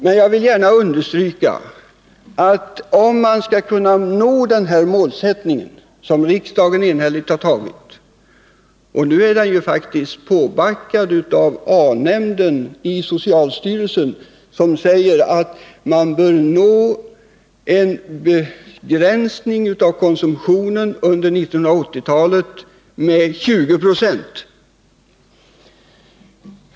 Men jag vill gärna understryka att den målsättning som riksdagen enhälligt har beslutat om nu faktiskt är understödd av A-nämnden i socialstyrelsen, som säger att man bör kunna få en begränsning med 20 26 av alkoholkonsumtionen under 1980-talet.